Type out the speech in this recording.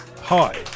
Hi